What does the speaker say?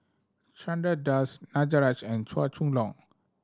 Chandra Das Danaraj and Chua Chong Long